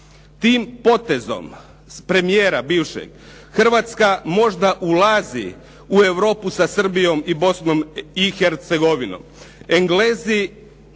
Tim potezom premijera bivšeg Hrvatska možda ulazi u Europu sa Srbijom i Bosnom i Hercegovinom. Englezi